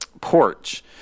porch